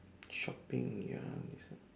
shopping ya this one